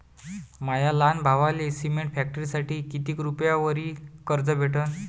माया लहान भावाले सिमेंट फॅक्टरीसाठी कितीक रुपयावरी कर्ज भेटनं?